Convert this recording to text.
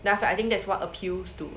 then after that I think that's what appeals to